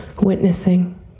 witnessing